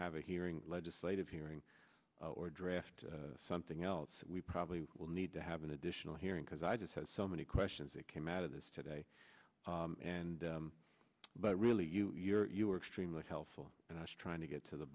have a hearing legislative hearing or draft something else we probably will need to have an additional hearing because i just had so many questions that came out of this today and but really you are extremely helpful and i was trying to get to the